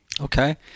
Okay